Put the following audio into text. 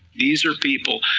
these are people,